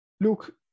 look